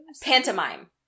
Pantomime